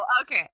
Okay